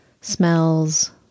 smells